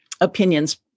opinions